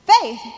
Faith